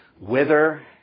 wither